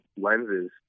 lenses